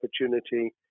opportunity